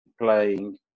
playing